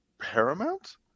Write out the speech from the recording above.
paramount